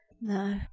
No